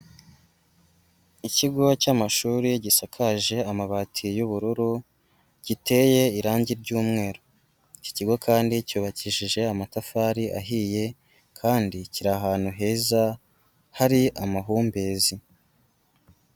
Ikigo cy'amashuri gisakaje amabati y'ubururu giteye irange ry'umweru, iki kigo kandi cyubakishije amatafari ahiye kandi kiri ahantu heza hari amahumbezi.